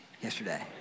yesterday